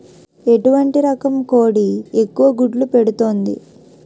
ఎటువంటి రకం కోడి ఎక్కువ గుడ్లు పెడుతోంది?